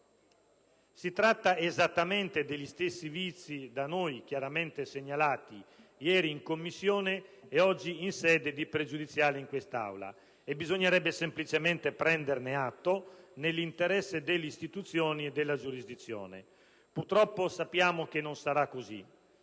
Si tratta esattamente degli stessi vizi da noi chiaramente segnalati ieri in Commissione ed oggi in sede di pregiudiziale in quest'Aula. Bisognerebbe semplicemente prenderne atto nell'interesse delle istituzioni e della giurisdizione. Purtroppo sappiamo che non sarà così.